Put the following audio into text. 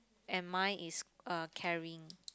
and mine is uh carrying